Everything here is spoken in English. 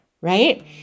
right